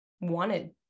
wanted